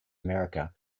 america